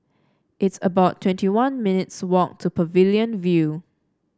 it's about twenty one minutes' walk to Pavilion View